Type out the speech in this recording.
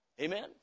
Amen